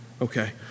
Okay